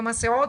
מכמה סיעות.